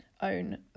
own